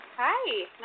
Hi